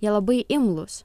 jie labai imlūs